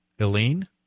Eileen